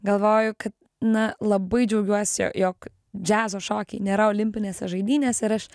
galvoju kad na labai džiaugiuosi jo jog džiazo šokiai nėra olimpinėse žaidynėse ir aš